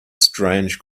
strange